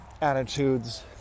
attitudes